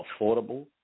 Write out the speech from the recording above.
affordable